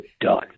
done